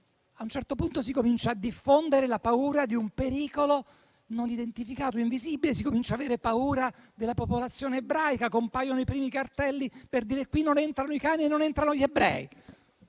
a un certo punto si comincia a diffondere la paura di un pericolo non identificato e invisibile, si comincia ad avere paura della popolazione ebraica e compaiono i primi cartelli per dire "qui non entrano i cani e non entrano gli ebrei".